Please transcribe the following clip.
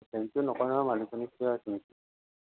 thank you নকয় নহয় মালিকনীক কিয়